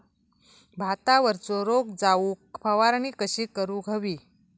भातावरचो रोग जाऊक फवारणी कशी करूक हवी?